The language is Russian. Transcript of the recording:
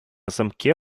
замке